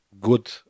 good